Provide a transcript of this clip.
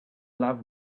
love